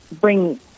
bring